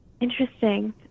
interesting